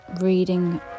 reading